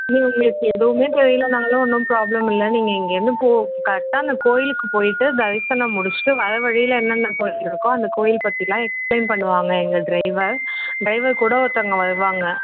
உங்களுக்கு எதுவுமே தெரியலைன்னாலும் ஒன்றும் ப்ராப்ளம் இல்லை நீங்கள் இங்கேருந்து போ கரெக்டா அந்த கோயிலுக்கு போயிட்டு தரிசனம் முடிச்சுட்டு வர வழியில் என்னென்ன கோயில் இருக்கோ அந்த கோயில் பற்றிலாம் எக்ஸ்ப்ளைன் பண்ணுவாங்க எங்கள் ட்ரைவர் ட்ரைவர் கூட ஒருத்தவங்க வருவாங்க